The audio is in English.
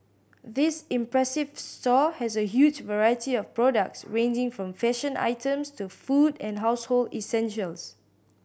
this impressive store has a huge variety of products ranging from fashion items to food and household essentials